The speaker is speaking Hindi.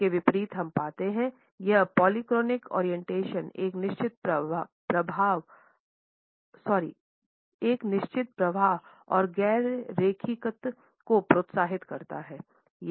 इसके विपरीत हम पाते हैं यह पॉलीक्रोनिक ओरिएंटेशन एक निश्चित प्रवाह और गैर रैखिकता को प्रोत्साहित करता है